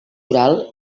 oral